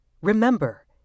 remember